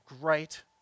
great